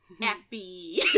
Happy